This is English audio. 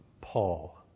Paul